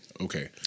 Okay